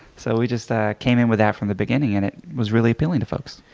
so we just ah came in with that from the beginning and it was really appealing to folks.